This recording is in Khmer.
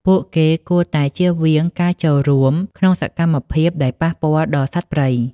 ពួកគេគួរតែជៀសវាងការចូលរួមក្នុងសកម្មភាពដែលប៉ះពាល់ដល់សត្វព្រៃ។